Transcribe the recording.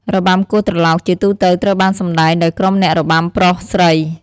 របាំគោះត្រឡោកជាទូទៅត្រូវបានសម្តែងដោយក្រុមអ្នករបាំប្រុស-ស្រី។